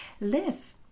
live